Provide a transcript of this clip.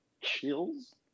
Chills